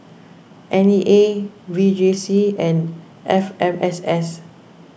N E A V J C and F M S S